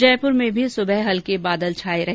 जयपुर में भी सुबह हल्के बादल छाए रहे